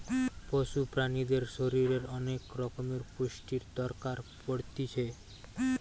পশু প্রাণীদের শরীরের অনেক রকমের পুষ্টির দরকার পড়তিছে